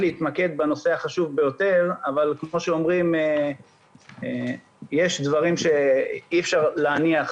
בנושא החשוב ביותר, אבל יש דברים שאי אפשר להניח